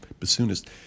bassoonist